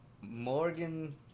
Morgan